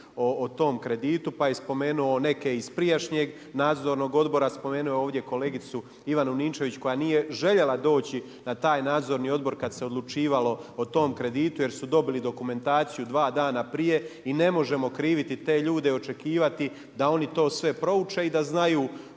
o tom kreditu. Pa je i spomenuo neke iz prijašnjeg nadzornog odbora, spomenuo je ovdje kolegicu Ivanu Ninčević koja nije željela doći na taj nadzorni odbor kada se odlučivalo o tom kreditu jer su dobili dokumentaciju dva dana prije. I ne možemo kriviti te ljude i očekivati da oni to sve prouče i da znaju